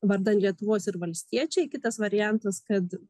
vardan lietuvos ir valstiečiai kitas variantas kad